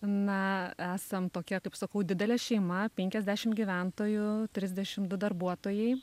na esam tokia kaip sakau didelė šeima penkiasdešimt gyventojų trisdešimt du darbuotojai